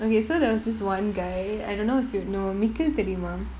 okay so there was this one guy I don't know if you know mikil தெரியுமா:theriyumaa